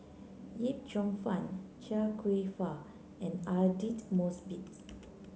Yip Cheong Fun Chia Kwek Fah and Aidli Mosbit